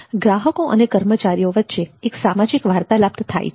ગ્રાહકો અને કર્મચારીઓ વચ્ચે એક સામાજિક વાર્તાલાપ થાય છે